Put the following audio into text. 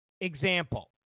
example